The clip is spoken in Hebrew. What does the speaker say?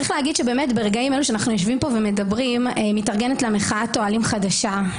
ברגעים אלה כשאנחנו יושבים פה ומדברים מתארגנת מחאת אוהלים חדשה.